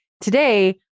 today